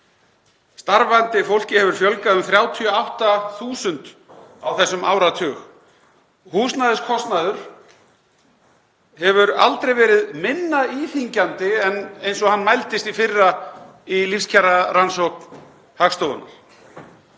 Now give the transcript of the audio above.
Starfandi fólki hefur fjölgað um 38.000 á þessum áratug. Húsnæðiskostnaður hefur aldrei verið minna íþyngjandi eins og hann mældist í fyrra í lífskjararannsókn Hagstofunnar,